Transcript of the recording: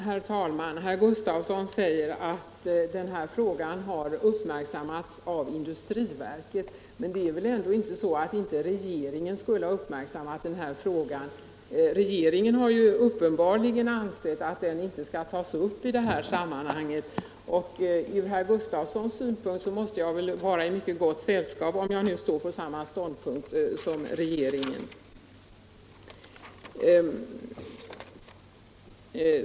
Herr talman! Herr Gustafsson i Stockholm säger att denna fråga har uppmärksammats av industriverket. Men det är väl ändå inte så att inte regeringen skulle ha uppmärksammat frågan. Regeringen har ju uppenbarligen ansett att den inte skall tas upp i detta sammanhang. Ur herr Gustafssons synpunkt måste jag väl vara i mycket gott sällskap om jag nu intar samma ståndpunkt som regeringen.